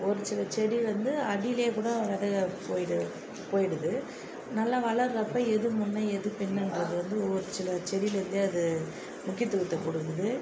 ஒரு சில செடி வந்து அடியிலே கூட விதை போயிடுது போயிடுது நல்ல வளர்றப்ப எது முன்ன எது பின்னன்றது வந்து ஒரு சில செடியில் வந்து அது முக்கியத்துவத்தை கொடுக்குது